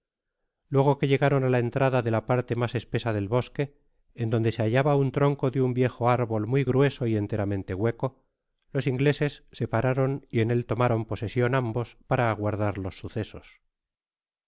luego que llegaron á la entrada de la parte mas espesa del bosque en donde se hallaba un tronco de un viejo árbol muy grueso y enteramete hueco los ingleseses se pararon y en él tomaron posesion ambos para aguardar los sucesos